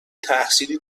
تحصیلی